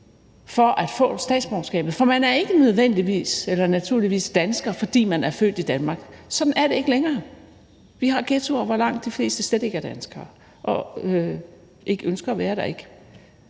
for at få statsborgerskabet, for det er ikke sådan, at man naturligvis er dansker, bare fordi man er født i Danmark. Sådan er det ikke længere. Vi har ghettoer, hvor langt de fleste slet ikke er danskere, ikke ønsker at være det og